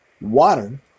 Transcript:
Water